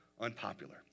unpopular